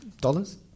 dollars